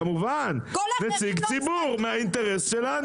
כמובן נציג ציבור מהאינטרס שלנו,